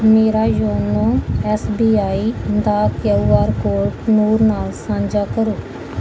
ਮੇਰਾ YONO S B I ਦਾ Q R code Noor ਨਾਲ ਸਾਂਝਾ ਕਰੋ